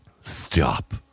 Stop